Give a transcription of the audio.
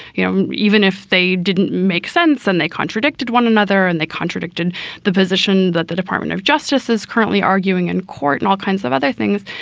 you even if they didn't make sense and they contradicted one another and they contradicted the position that the department of justice is currently arguing in and court and all kinds of other things,